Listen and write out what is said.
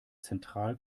zentral